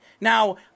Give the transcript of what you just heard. Now